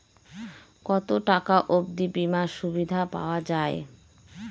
কত টাকা অবধি বিমার সুবিধা পাওয়া য়ায়?